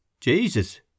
Jesus